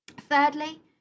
Thirdly